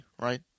right